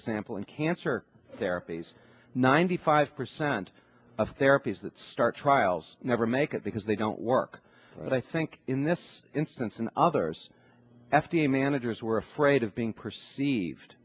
example in cancer therapies ninety five percent of therapies that start trials never make it because they don't work and i think in this instance and others f d a managers were afraid of being perceived